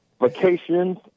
vacations